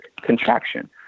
contraction